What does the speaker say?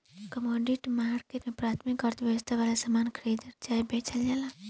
commodity market में प्राथमिक अर्थव्यवस्था वाला सामान खरीदल चाहे बेचल जाला